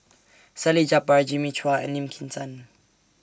Salleh Japar Jimmy Chua and Lim Kim San